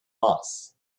moss